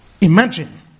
Imagine